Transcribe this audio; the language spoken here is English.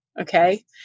Okay